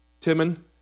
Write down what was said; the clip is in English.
Timon